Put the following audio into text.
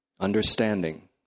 Understanding